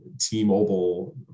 T-Mobile